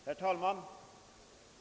Herr talman!